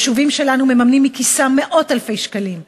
היישובים שלנו מממנים מכיסם מאות אלפי שקלים בשנה,